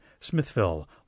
Smithville